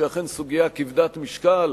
שהיא אכן סוגיה כבדת משקל,